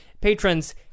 patrons